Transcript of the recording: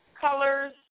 colors